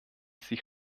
sich